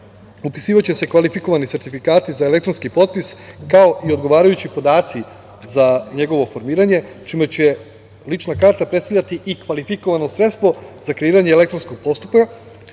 upisivaće se kvalifikovani sertifikati za elektronski propis, kao i odgovarajući podaci za njegovo formiranje čime će lična karta predstavljati i kvalifikovano sredstvo za kreiranje elektronskog postupka